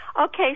Okay